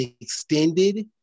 extended